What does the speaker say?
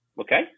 Okay